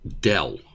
Dell